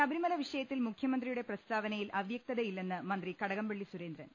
ശബരിമല വിഷയത്തിൽ മുഖ്യമന്ത്രിയുടെ പ്രസ്താവനയിൽ അവ്യക്തതയില്ലെന്ന് മന്ത്രി കടകംപള്ളി സുരേന്ദ്രൻ